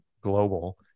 global